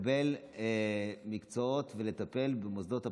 לקבל מקצועות ולטפל במוסדות הפארה-רפואיים,